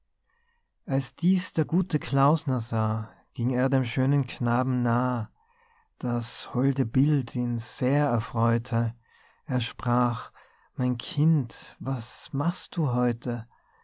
als dieß der gute klausner sah ging er dem schönen knaben nah das holde bild ihn sehr erfreute er sprach mein kind was machst du heute